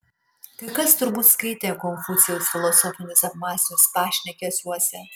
kai kas turbūt skaitė konfucijaus filosofinius apmąstymus pašnekesiuose